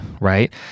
right